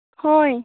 ꯍꯣꯏ